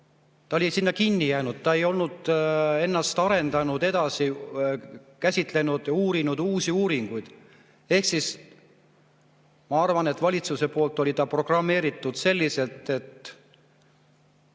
Ta oli sinna kinni jäänud, ta ei olnud ennast arendanud, uurinud uusi uuringuid. Ma arvan, et valitsuse poolt oli ta programmeeritud selliselt, et